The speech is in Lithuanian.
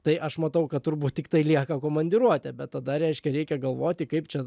tai aš matau kad turbūt tiktai lieka komandiruotė bet tada reiškia reikia galvoti kaip čia